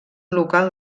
local